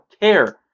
care